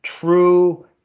true